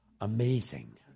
Amazing